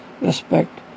respect